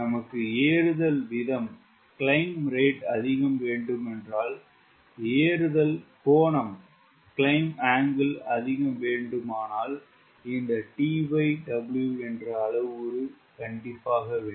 நமக்கு ஏறுதல் வீதம் அதிகம் வேண்டுமானால் ஏறுதல் கோணம் அதிகம் வேண்டுமானால் இந்த TW என்ற அளவுரு வேண்டும்